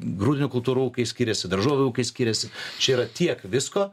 grūdinių kultūrų ūkiai skiriasi daržovių ūkiai skiriasi čia yra tiek visko